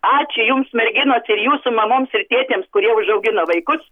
ačiū jums merginos ir jūsų mamoms ir tėtėms kurie užaugino vaikus